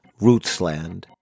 Rootsland